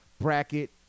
bracket